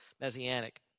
Messianic